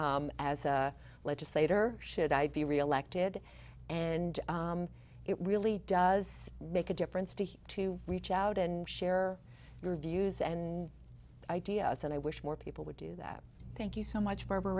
as a legislator should i be reelected and it really does make a difference to to reach out and share your views and ideas and i wish more people would do that thank you so much barb